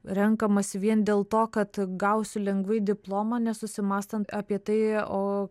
renkamasi vien dėl to kad gausiu lengvai diplomą nesusimąstant apie tai o